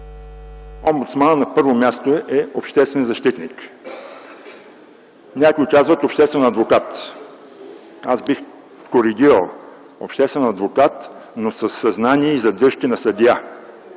омбудсманът е обществен защитник. Някои казват обществен адвокат. Аз бих коригирал: обществен адвокат, но със съзнание и задръжки на съдия.